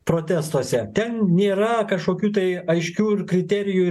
protestuose ten nėra kažkokių tai aiškių ir kriterijų